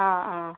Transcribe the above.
അ ആ